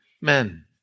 men